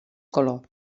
color